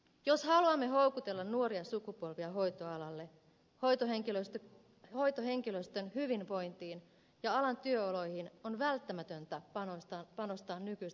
jos haluamme houkutella nuoria sukupolvia hoitoalalle hoitohenkilöstön hyvinvointiin ja alan työoloihin on välttämätöntä panostaa nykyistä paremmin